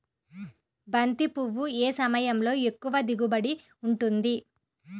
బంతి పువ్వు ఏ సమయంలో ఎక్కువ దిగుబడి ఉంటుంది?